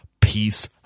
Peace